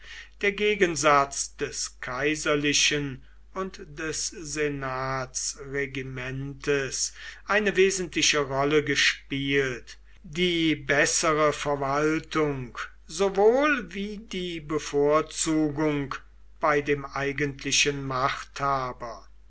der gegensatz des kaiserlichen und des senatsregimentes eine wesentliche rolle gespielt die bessere verwaltung sowohl wie die bevorzugung bei dem eigentlichen machthaber